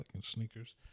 sneakers